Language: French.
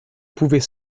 pouvez